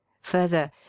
Further